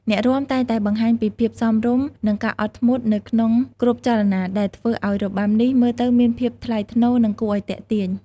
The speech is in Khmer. អ្នករាំតែងតែបង្ហាញពីភាពសមរម្យ និងការអត់ធ្មត់នៅក្នុងគ្រប់ចលនា ដែលធ្វើឲ្យរបាំនេះមើលទៅមានភាពថ្លៃថ្នូរ និងគួរឲ្យទាក់ទាញ។